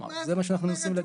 זה מה שאנחנו מנסים להגיד.